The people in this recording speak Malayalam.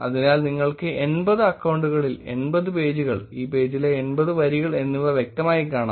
അതിനാൽ നിങ്ങൾക്ക് 80 അക്കൌണ്ടുകളിൽ 80 പേജുകൾ ഈ പേജിലെ 80 വരികൾ എന്നിവ വ്യക്തമായി കാണാം